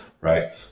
Right